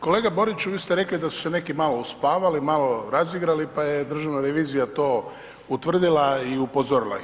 Kolega Boriću, vi ste rekli da su se neki malo uspavali, malo razigrali, pa je Državna revizija to utvrdila i upozorila ih.